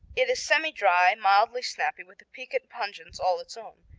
it is semidry, mildly snappy with a piquant pungence all its own.